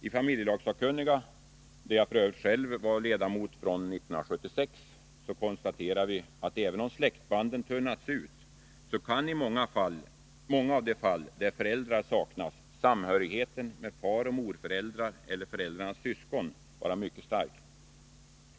I familjelagssakkunniga, där jag f. ö. själv var ledamot fr.o.m. 1976, konstaterade vi att även om släktbanden tunnats ut, så kan i många av de fall där föräldrar saknas samhörigheten med faroch morföräldrar eller föräldrarnas syskon vara mycket stark.